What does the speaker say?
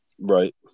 Right